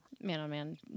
man-on-man